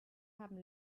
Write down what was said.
haben